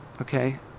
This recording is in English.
okay